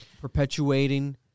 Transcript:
perpetuating